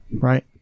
right